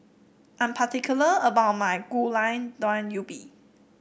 I am particular about my Gulai Daun Ubi